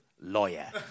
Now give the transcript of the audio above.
lawyer